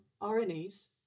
RNAs